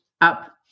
up